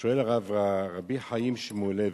שואל רבי חיים שמואלביץ: